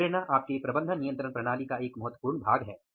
तो प्रेरणा आपके प्रबंधन नियंत्रण प्रणाली का एक अन्य महत्वपूर्ण भाग है